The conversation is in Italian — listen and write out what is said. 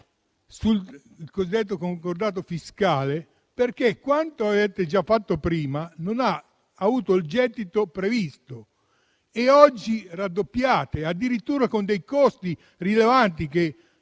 il cosiddetto concordato fiscale perché quanto avete già fatto prima non ha avuto il gettito previsto. Oggi raddoppiate, addirittura con dei costi rilevanti: